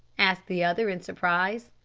asked the other in surprise.